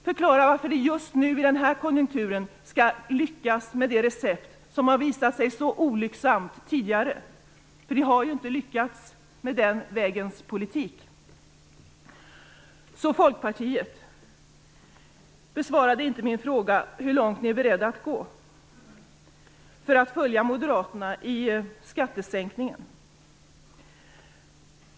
Förklara varför det just nu, i den här konjunkturen, skulle lyckas med det recept som har visat sig så olycksamt tidigare. Den vägens politik har ju inte lyckats. Folkpartiets företrädare besvarade inte min fråga om hur långt ni är beredda att gå för att följa Moderaterna i skattesänkningen.